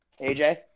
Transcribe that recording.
AJ